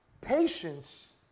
patience